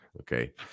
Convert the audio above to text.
Okay